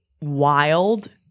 wild